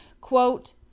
quote